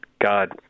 God